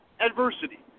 adversity